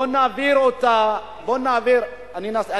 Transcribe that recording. בואו נעביר אותה, איך החוק מתקן את המצב?